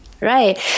Right